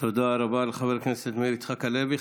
תודה רבה לחבר הכנסת מאיר יצחק הלוי.